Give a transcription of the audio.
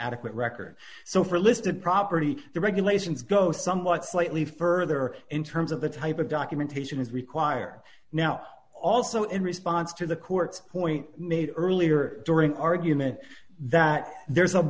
adequate record so for listed property the regulations go somewhat slightly further in terms of the type of documentation is required now also in response to the court's point made earlier during an argument that there is a